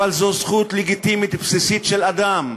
אבל זו זכות לגיטימית בסיסית של אדם,